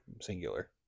singular